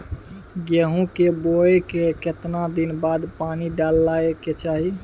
गेहूं के बोय के केतना दिन बाद पानी डालय के चाही?